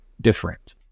different